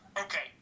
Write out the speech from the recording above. okay